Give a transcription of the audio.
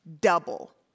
double